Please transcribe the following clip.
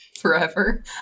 forever